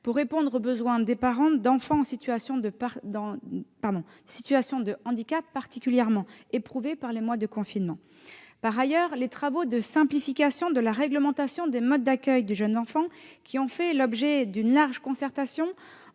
pour répondre aux besoins des parents d'enfants en situation de handicap, particulièrement éprouvés durant les mois de confinement. Par ailleurs, les travaux de simplification de la réglementation des modes d'accueil du jeune enfant, qui ont fait l'objet d'une large concertation,